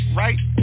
right